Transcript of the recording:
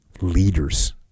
leaders